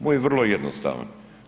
Moj je vrlo jednostavan.